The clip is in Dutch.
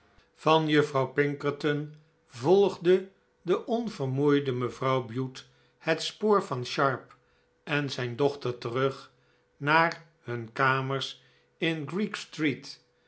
van juffrouw pinkerton volgde de onvermoeide mevrouw bute het spoor van sharp en zijn dochter terug naar hun kamers in greek street